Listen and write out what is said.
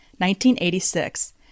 1986